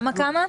מי נמנע?